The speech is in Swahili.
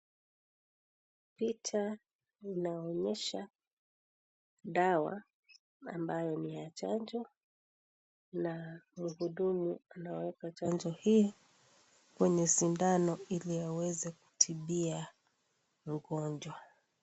Picha inaonyesha dawa ambayo ni ya chanjo na muhudumu anaweka chanjo hii kwenye sindano ili aweze kutibia mgonjwa.